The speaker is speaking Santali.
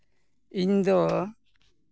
ᱤᱧ ᱫᱚ